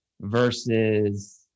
versus